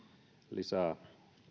lisää